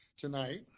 tonight